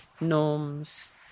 norms